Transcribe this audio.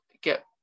get